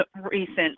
recent